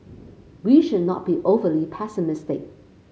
we should not be overly pessimistic